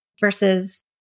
versus